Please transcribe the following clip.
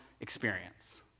experience